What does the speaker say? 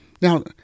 Now